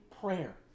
prayer